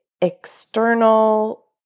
external